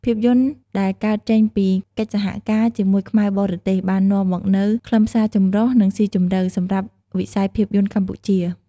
ភាពយន្តដែលកើតចេញពីកិច្ចសហការជាមួយខ្មែរបរទេស បាននាំមកនូវ ខ្លឹមសារចម្រុះ និងស៊ីជម្រៅ សម្រាប់វិស័យភាពយន្តកម្ពុជា។